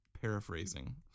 paraphrasing